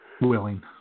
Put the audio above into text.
willing